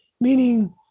Meaning